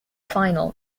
final